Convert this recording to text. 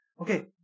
Okay